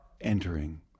entering